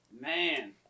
Man